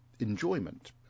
Enjoyment